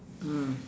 mm